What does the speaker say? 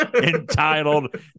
Entitled